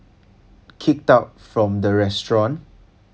kicked out from the restaurant